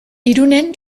irunen